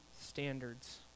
standards